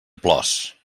plors